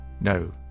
No